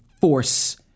force